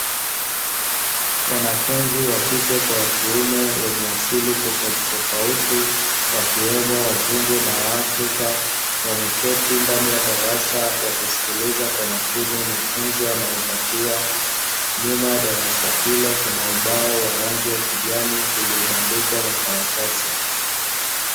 Wanafunzi wa kike kwa wa kiume wenye asili tofautitofauti, wakiwemo wazungu na waafrika wameketi ndani ya darasa wakisikiliza kwa makini mafunzo wanayopatiwa. Nyuma ya darasa hilo kuna ubao wa rangi ya kijani uliobandikwa makaratasi.